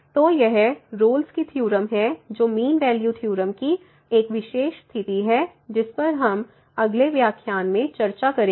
तो यह रोल्स की थ्योरम Rolle's Theorem है जो मीन वैल्यू थ्योरम की एक विशेष स्थिति है जिस पर हम अगले व्याख्यान में चर्चा करेंगे